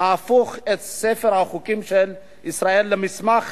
ההופך את ספר החוקים של ישראל למסמך